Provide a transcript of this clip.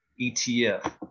ETF